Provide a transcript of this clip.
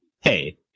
hey